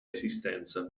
esistenza